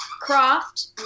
croft